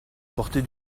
portée